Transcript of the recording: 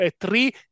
three